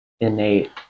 innate